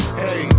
hey